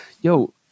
Yo